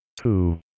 two